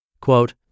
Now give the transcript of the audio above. Quote